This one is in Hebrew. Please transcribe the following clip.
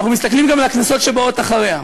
אנחנו מסתכלים גם על הכנסות שבאות אחריה.